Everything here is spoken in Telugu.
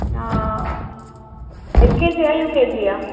ఎల్కేజీయా యూకేజీయా